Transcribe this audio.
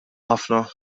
ħafna